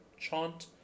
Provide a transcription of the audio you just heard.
chant